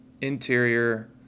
interior